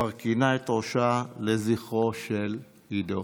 כנסת ישראל מרכינה את ראשה לזכרו של עידו.